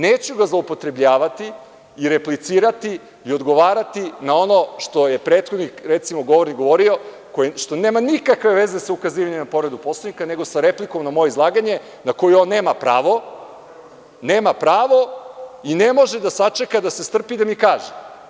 Neću ga zloupotrebljavati, i replicirati, i odgovarati na ono što je prethodni govornik govorio, a što nema nikakve veze sa ukazivanjem na povredu Poslovnika, nego sa replikom na moje izlaganje, a na šta nema pravo i ne može da sačeka, da se strpi da mi kaže.